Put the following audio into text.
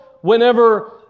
whenever